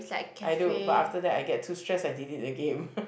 I do but after that I get too stress I delete the game